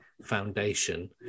foundation